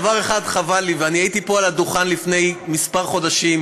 דבר אחד חבל לי ואני הייתי פה על הדוכן לפני כמה חודשים,